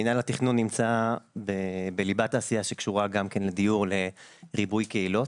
מנהל התכנון נמצא בליבת תעשייה שקשורה גם כן לדיור ולריבוי קהילות.